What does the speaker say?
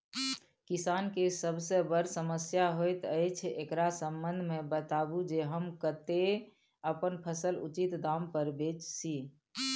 किसान के सबसे बर समस्या होयत अछि, एकरा संबंध मे बताबू जे हम कत्ते अपन फसल उचित दाम पर बेच सी?